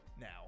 Now